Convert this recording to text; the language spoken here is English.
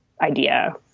idea